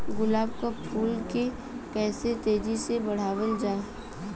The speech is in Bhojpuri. गुलाब क फूल के कइसे तेजी से बढ़ावल जा?